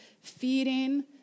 feeding